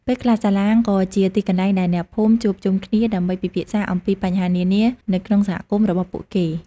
ពេលខ្លះសាឡាងក៏ជាទីកន្លែងដែលអ្នកភូមិជួបជុំគ្នាដើម្បីពិភាក្សាអំពីបញ្ហានានានៅក្នុងសហគមន៍របស់ពួកគេ។